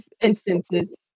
instances